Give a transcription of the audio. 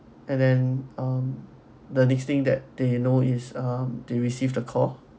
and then um the next thing that they know is um they received the call